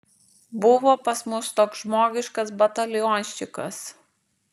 buvo pas mus toks žmogiškas batalionščikas